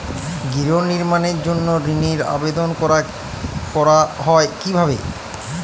গৃহ নির্মাণের জন্য ঋণের আবেদন করা হয় কিভাবে?